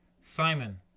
Simon